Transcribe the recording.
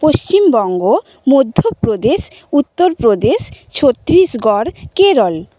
Paschimbanga Madhya Pradesh Uttar Pradesh Chhattisgarh Kerala